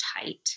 tight